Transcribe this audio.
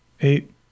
eight